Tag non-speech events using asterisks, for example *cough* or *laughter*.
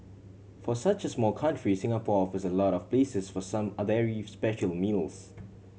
for such a small country Singapore offers a lot of places for some *hesitation* very special meals